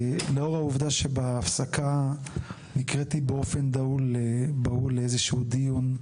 לאור העובדה שבהפסקה נקראתי באופן בהול לאיזה שהוא דיון,